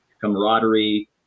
camaraderie